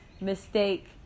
mistake